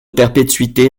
perpétuité